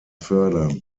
fördern